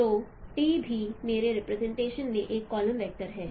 तो t भी मेरे रिप्रेजेंटेशन में एक कॉलम वेक्टर है